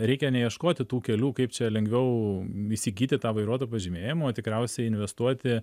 reikia neieškoti tų kelių kaip čia lengviau įsigyti tą vairuotojo pažymėjimą o tikriausiai investuoti